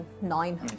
nine